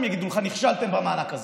הם יגידו לך שנכשלתם במענק הזה.